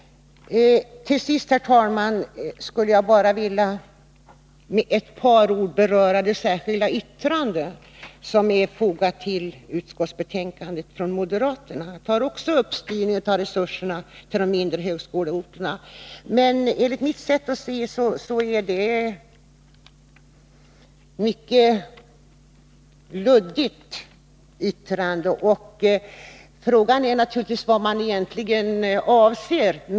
Till sist, herr talman, skulle jag med ett par ord vilja beröra det särskilda yttrande från moderaterna som är fogat till utskottsbetänkandet. I detta särskilda yttrande tar man också upp frågan om styrning av resurserna till de mindre högskoleorterna, men enligt mitt sätt att se är yttrandet mycket luddigt. Frågan är vad man egentligen avser.